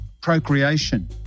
procreation